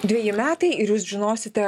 dveji metai ir jūs žinosite